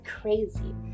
crazy